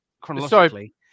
chronologically